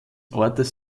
ortes